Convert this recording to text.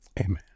amen